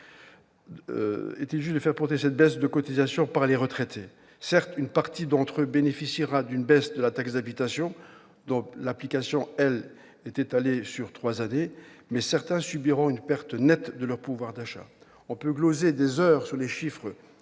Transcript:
Est-il juste de faire supporter cette baisse de cotisations par les retraités ? Certes, une partie d'entre eux bénéficiera d'une baisse de la taxe d'habitation, dont l'application, elle, est étalée sur trois années. Certains, cependant, subiront une perte nette de leur pouvoir d'achat. On peut gloser des heures sur les chiffres,